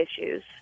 issues